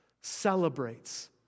celebrates